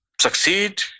succeed